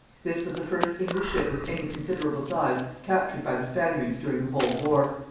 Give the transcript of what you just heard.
this was the first english ship of any considerable size captured by the spaniards during the whole war,